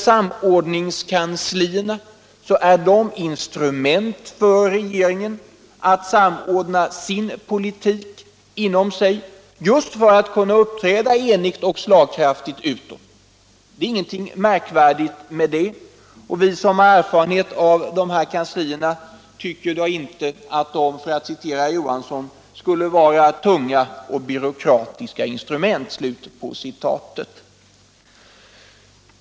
Samordningskanslierna är regeringens instrument för att samordna sin politik inom sig just för att kunna uppträda enigt och slagkraftigt utåt. Det är ingenting märkvärdigt med det, och vi som har erfarenhet av de här kanslierna tycker inte att de, för att citera herr Johansson, skulle vara ”tunga och byråkratiska instrument”.